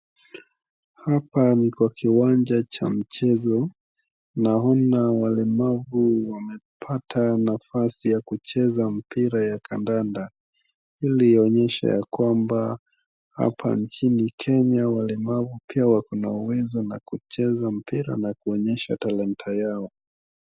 Hapa ni kwa kiwanja cha mchezo. Naona walemavu wamepata nafasi ya kucheza mpira ya kandanda. Ilionyesha ya kwamba hapa nchini Kenya walemavu pia wako na uwezo wa kucheza mpira na kuonyesha talanta yao.